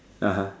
(uh huh)